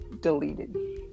deleted